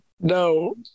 No